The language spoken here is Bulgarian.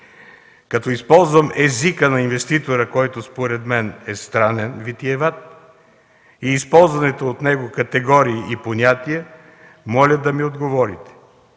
Като използвам езика на инвеститора, който според мен е странен, витиеват, и използваните от него категории и понятия, моля да ми отговорите: